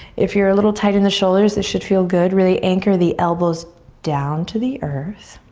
if you're a little tight in the shoulders, this should feel good. really anchor the elbows down to the earth.